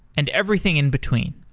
and everything in between.